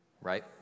right